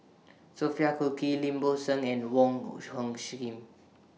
Sophia Cooke Lim Bo Seng and Wong Hung Khim